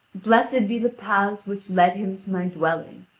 blessed be the paths which led him to my dwelling.